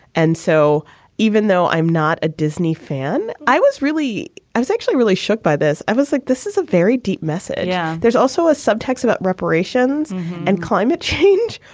and so even though i'm not a disney fan, i was really i was actually really shocked by this. i was like, this is a very deep message. yeah. there's also a subtext about reparations and climate change.